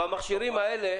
עכשיו, במכשירים האלה